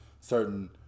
certain